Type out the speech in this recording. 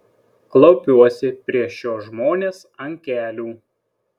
klaupiuosi prieš šiuos žmones ant kelių